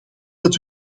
dat